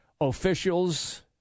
official's